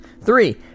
Three